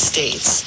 States